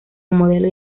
modelo